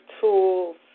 tools